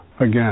again